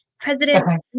President